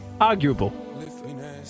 Arguable